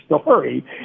story